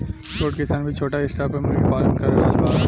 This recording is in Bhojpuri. छोट किसान भी छोटा स्टार पर मुर्गी पालन कर रहल बाड़न